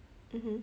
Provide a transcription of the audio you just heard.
mmhmm